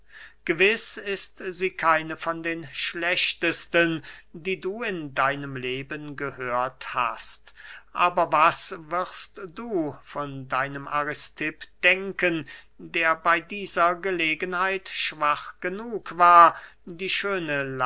gewiß ist sie keine von den schlechtesten die du in deinem leben gehört hast aber was wirst du von deinem aristipp denken der bey dieser gelegenheit schwach genug war die schöne